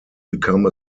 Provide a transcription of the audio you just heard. become